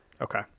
Okay